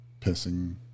pissing